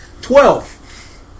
twelve